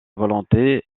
volonté